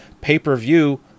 pay-per-view